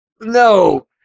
no